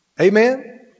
Amen